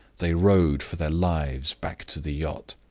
they rowed for their lives back to the yacht.